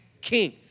King